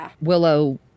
Willow